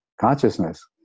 consciousness